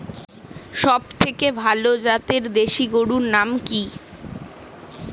সবথেকে ভালো জাতের দেশি গরুর নাম কি?